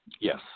Yes